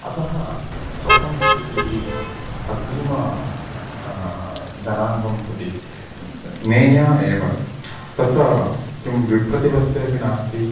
अतः स्वसंस्कृतिः अग्रिम जनाङ्गं प्रति नेया एव तत्र किं विप्रतिपत्तिरपि नास्ति